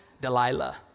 Delilah